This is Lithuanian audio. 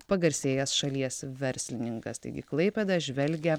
pagarsėjęs šalies verslininkas taigi klaipėda žvelgia